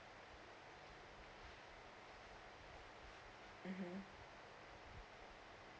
mmhmm